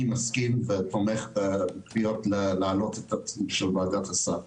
מסכים ותומך --- לעלות את התקציב של וועדת הסל.